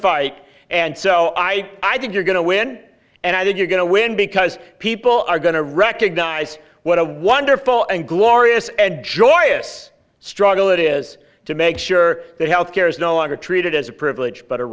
fight and so i i think you're going to win and i think you're going to win because people are going to recognize what a wonderful and glorious and joyous struggle it is to make sure that health care is no longer treated as a privilege but